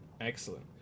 Excellent